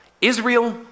Israel